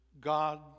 God